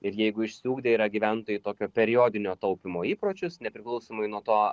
ir jeigu išsiugdę yra gyventojai tokio periodinio taupymo įpročius nepriklausomai nuo to